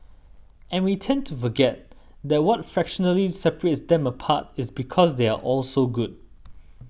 and we tend to forget that what fractionally separates them apart is because they are all so good